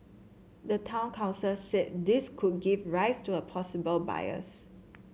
the town council said this could give rise to a possible bias